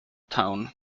tone